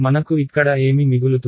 మనకు ఇక్కడ ఏమి మిగులుతుంది